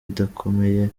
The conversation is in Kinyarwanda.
idakomeye